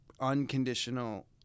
unconditional